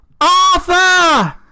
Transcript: Arthur